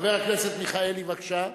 חבר הכנסת מיכאלי, בבקשה.